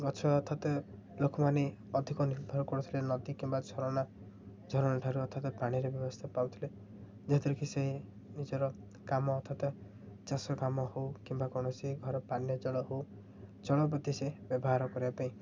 ଗଛ ଅଥତ ଲୋକମାନେ ଅଧିକ ନିର୍ଭର କରୁଥିଲେ ନଦୀ କିମ୍ବା ଝରଣା ଝରଣା ଠାରୁ ଅର୍ଥାତ ପାଣିର ବ୍ୟବସ୍ଥା ପାଉଥିଲେ ଯେଉଁଥିରେ କି ସେ ନିଜର କାମ ଅଥତ ଚାଷ କାମ ହେଉ କିମ୍ବା କୌଣସି ଘର ପାନୀୟ ଜଳ ହେଉ ଜଳ ପ୍ରତି ସେ ବ୍ୟବହାର କରିବା ପାଇଁ